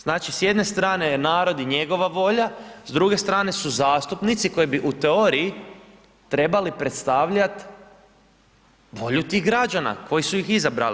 Znači, s jedne strane je narod i njegova volja, s druge strane su zastupnici koji bi u teoriji trebali predstavljat volju tih građana koji su ih izabrali.